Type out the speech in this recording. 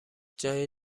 جای